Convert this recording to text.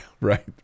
right